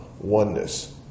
oneness